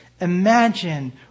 imagine